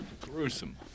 Gruesome